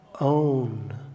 own